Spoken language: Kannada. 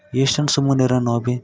ಎಷ್ಟು ಅಂತ ಸುಮ್ಮನೆ ಇರಣ ನಾವು ಬಿ